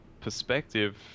perspective